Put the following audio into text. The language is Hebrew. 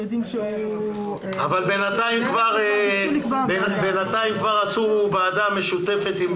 אבל בינתיים כבר עשו ועדה משותפת.